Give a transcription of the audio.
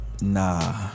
Nah